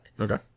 Okay